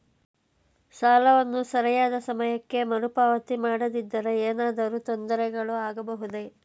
ಸಾಲವನ್ನು ಸರಿಯಾದ ಸಮಯಕ್ಕೆ ಮರುಪಾವತಿ ಮಾಡದಿದ್ದರೆ ಏನಾದರೂ ತೊಂದರೆಗಳು ಆಗಬಹುದೇ?